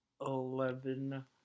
eleven